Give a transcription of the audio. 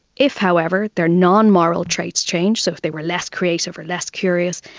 if, however, their non-moral traits change, so if they were less creative or less curious,